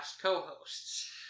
co-hosts